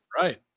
Right